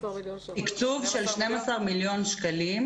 12 מיליון שקלים.